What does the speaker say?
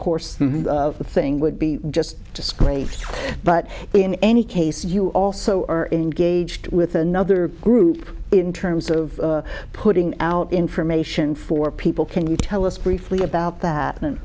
course thing would be just just great but in any case you also are engaged with another group in terms of putting out information for people can you tell us briefly about that and the